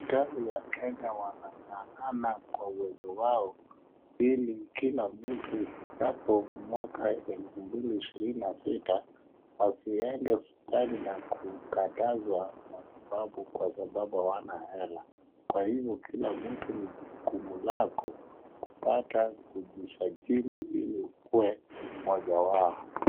Serikali ya Kenya wanang'ang'ana kwa uwezo wao ili kila mtu ifikapo mwaka elfu mbili ishirini na sita wasiende hospitali na kukatazwa matibabu kwa sababu hawana hela, kwa hivyo kila mtu ni jukumu lako kupata kujisajili ili ukuwe mmoja wao.